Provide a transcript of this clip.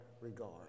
regard